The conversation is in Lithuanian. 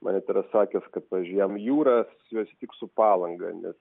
man net yra sakęs kad pavyzdžiui jam jūra asocijuojasi tik su palanga nes